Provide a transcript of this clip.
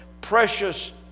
precious